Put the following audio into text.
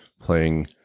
playing